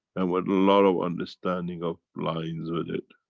and with a lot of understanding of lines with it.